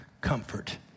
comfort